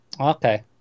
Okay